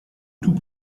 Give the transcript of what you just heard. tout